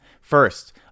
First